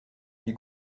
lui